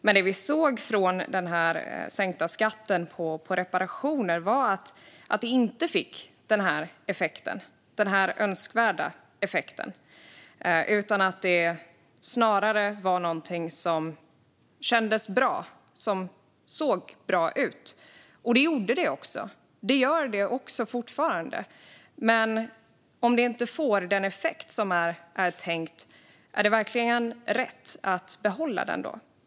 Men det vi såg när det gäller den sänkta skatten på reparationer var att den inte fick den önskvärda effekten, utan det var snarare någonting som kändes bra och som såg bra ut. Det gjorde det, och det gör det fortfarande. Men om åtgärden inte får den effekt som är tänkt - är det då verkligen rätt att behålla den?